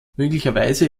möglicherweise